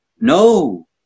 No